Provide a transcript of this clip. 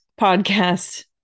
podcast